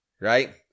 right